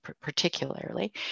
particularly